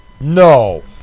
No